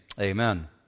Amen